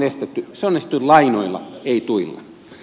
se onnistui lainoilla ei tuilla